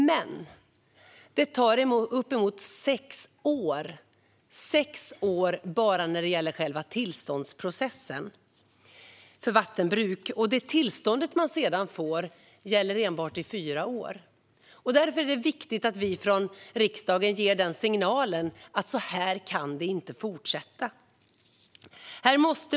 Men bara själva tillståndsprocessen för vattenbruk tar uppemot sex år, och det tillstånd man sedan får gäller enbart i fyra år. Därför är det viktigt att vi från riksdagen ger signalen att så här kan det inte fortsätta.